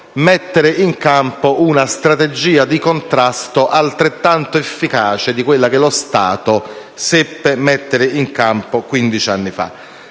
mettere in campo una strategia di contrasto altrettanto efficace di quella che lo Stato seppe mettere in campo quindici anni fa.